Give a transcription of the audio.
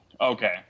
okay